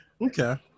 Okay